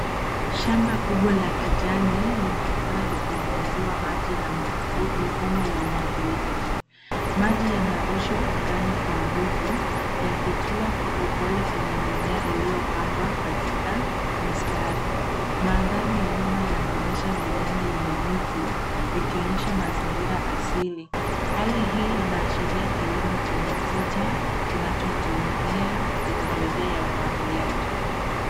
Shamba kubwa la kijani linaonekana likinyunyiziwa maji na mifumo ya umwagiliaji. Maji yanarushwa angani kwa nguvu yakitua kwa upole kwa mimea iliyopangwa katika mistari. Mandhari ya nyuma yanaonyesha milima yenye miti ikionyesha mazingira asili. Hali hii inaashiria kilimo chenye tija kinachotumia teknolojia ya umwagiliaji.